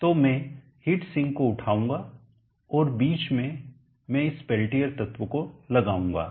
तो मैं heat sink को उठाऊंगा और बीच में मैं इस पेल्टियर तत्व को लगाऊंगा